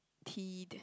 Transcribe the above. peed